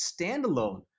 standalone